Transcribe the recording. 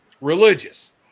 religious